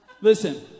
Listen